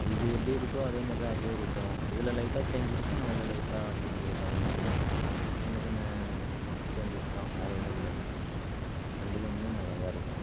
இது எப்படி இருக்கோ அதே மாதிரி தான் அதுவும் இருக்கும் இதில் லைட்டாக சேஞ்சுருக்கும் அதில் லைட்டாக சேஞ்சுருக்கும் அதுமாதிரி தான் சின்ன சின்ன சேஞ்சஸ்த்தான் வேற எதும் இல்லை ரெண்டு கேமுமே நல்லாதான் இருக்கும்